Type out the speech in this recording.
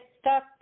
stuck